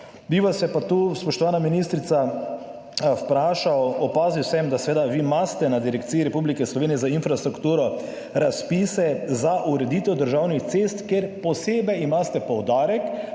Bi vas pa tu, spoštovana ministrica, vprašal, opazil sem, da seveda vi imate na Direkciji Republike Slovenije za infrastrukturo razpise za ureditev državnih cest, kjer imate posebej poudarek